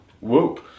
whoop